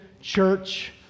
church